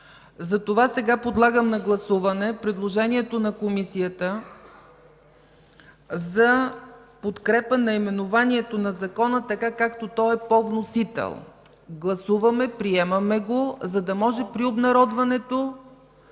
„ползването”. Подлагам на гласуване предложението на Комисията за подкрепа наименованието на закона, както той е по вносител. Гласуваме, приемаме го, за да може при обнародването